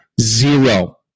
zero